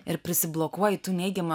ir priblokuoji tų neigiamų